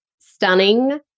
stunning